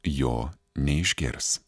jo neišgirs